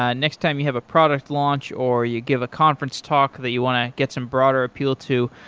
ah next time you have a product launch or you give a conference talk that you want to get some broader appeal to,